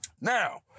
now